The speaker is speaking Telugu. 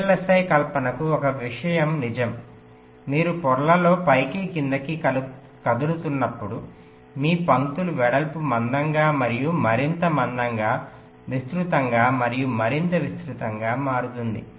VLSI కల్పనలకు ఒక విషయం నిజం మీరు పొరలలో పైకి క్రిందికి కదులుతున్నప్పుడు మీ పంక్తుల వెడల్పు మందంగా మరియు మరింత మందంగా విస్తృతంగా మరియు మరింత విస్తృతంగా మారుతుంది